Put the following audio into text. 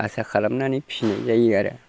आसा खालामनानै फिनाय जायो आरो